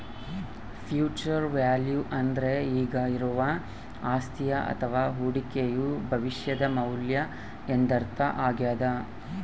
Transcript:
future value ಅಂದ್ರೆ ಈಗ ಇರುವ ಅಸ್ತಿಯ ಅಥವ ಹೂಡಿಕೆಯು ಭವಿಷ್ಯದ ಮೌಲ್ಯ ಎಂದರ್ಥ ಆಗ್ಯಾದ